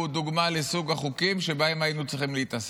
דוגמה לסוג החוקים שבהם היינו צריכים להתעסק,